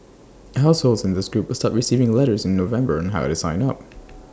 households in this group will start receiving letters in November on how to sign up